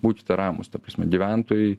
būkite ramūs ta prasme gyventojai